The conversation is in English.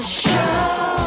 show